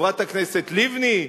חברת הכנסת לבני,